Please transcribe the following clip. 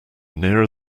nearer